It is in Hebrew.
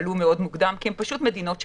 עלו מאוד מוקדם כי הן פשוט מדינות שמרצפות.